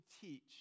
teach